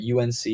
UNC